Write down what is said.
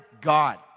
God